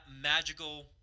magical